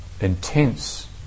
intense